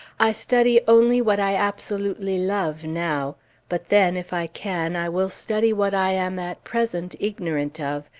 i study only what i absolutely love, now but then, if i can, i will study what i am at present ignorant of,